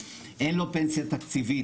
אין לו פנסיה תקציבית,